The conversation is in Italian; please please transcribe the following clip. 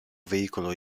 veicolo